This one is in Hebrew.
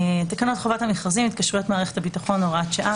תקנות חובת המכרזים (התקשרויות מערכת הביטחון)(הוראת שעה),